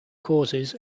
causes